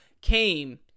came